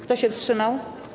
Kto się wstrzymał?